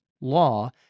law